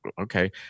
okay